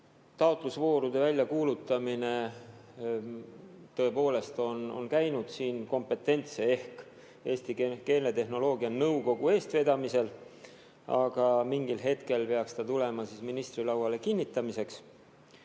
Taotlusvooru väljakuulutamine on tõepoolest käinud siin kompetentse [nõukogu] ehk Eesti keeletehnoloogia nõukogu eestvedamisel, aga mingil hetkel peaks [see teema] tulema ministri lauale kinnitamiseks.